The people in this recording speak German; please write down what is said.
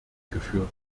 geführt